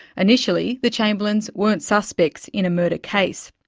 initially the chamberlains weren't suspects in a murder case.